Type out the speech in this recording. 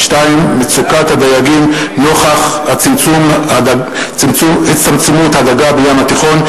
מצוקת הדייגים נוכח הצטמצמות הדגה בים התיכון,